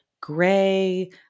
gray